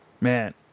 Man